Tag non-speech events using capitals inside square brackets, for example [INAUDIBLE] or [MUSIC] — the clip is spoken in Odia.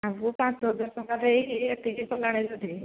[UNINTELLIGIBLE] ପାଞ୍ଚ ହଜାର ଟଙ୍କାରେ [UNINTELLIGIBLE]